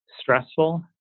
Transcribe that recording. stressful